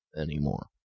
anymore